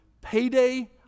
Payday